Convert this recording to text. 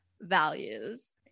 values